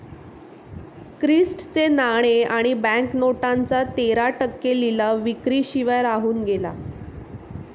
Christie चे नाणे आणि बँक नोटांचा तेरा टक्के लिलाव विक्री शिवाय राहून गेला